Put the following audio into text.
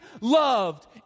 loved